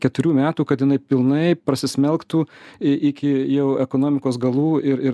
keturių metų kad jinai pilnai prasismelktų į iki jau ekonomikos galų ir ir